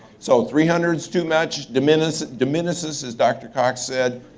so three hundred s too much. di-mi-ni-ses di-mi-ni-ses as dr. cox said,